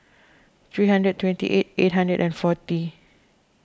three hundred twenty eight eight hundred and forty